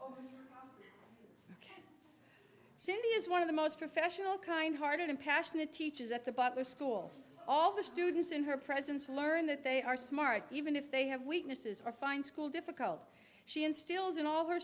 cindy is one of the most professional kind hearted and passionate teaches at the school all the students in her presence learn that they are smart even if they have weaknesses or find school difficult she instills in all her